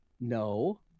no